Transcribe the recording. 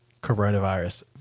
coronavirus